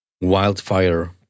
wildfire